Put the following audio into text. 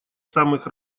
самых